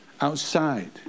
outside